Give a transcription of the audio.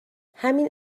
همین